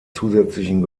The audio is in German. zusätzlichen